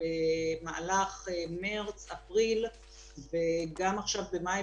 במהלך מרס-אפריל וגם עכשיו במאי,